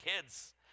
kids